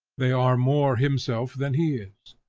they are more himself than he is.